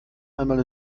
einmal